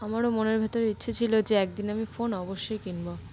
আমারও মনের ভেতরে ইচ্ছে ছিল যে একদিন আমি ফোন অবশ্যই কিনব